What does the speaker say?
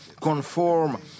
conform